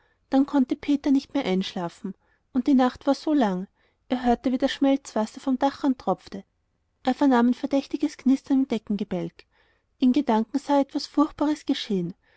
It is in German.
dann konnte peter nicht mehr einschlafen und die nacht war so lang er hörte wie das schmelzwasser vom dachrand tropfte er vernahm ein verdächtiges knistern im deckengebälk in gedanken sah er etwas furchtbares geschehen